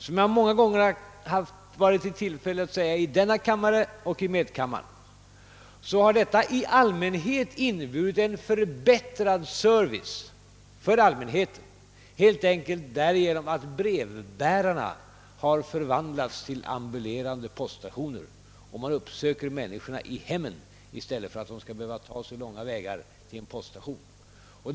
Som jag många gånger haft tillfälle att säga både i denna kammare och medkammaren har denna i allmänhet inneburit förbättrad service för allmänheten, helt enkelt därigenom att brevbärarna har förvandlats till ambulerande poststationer; man uppsöker människorna i hemmen och de slipper att ta sig fram långa vägar till poststationen.